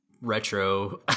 Retro